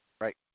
right